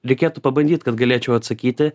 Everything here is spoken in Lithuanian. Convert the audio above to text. reikėtų pabandyt kad galėčiau atsakyti